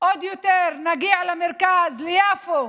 עוד נגיע למרכז, ליפו.